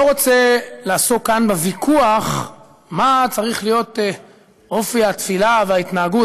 לא רוצה לעסוק כאן בוויכוח מה צריך להיות אופי התפילה וההתנהגות,